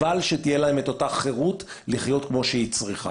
אבל שתהיה להם את אותה חירות לחיות כמו שהם צריכים.